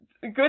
good